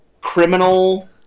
criminal